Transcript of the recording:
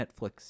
Netflix